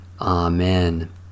Amen